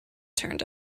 turned